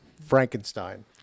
Frankenstein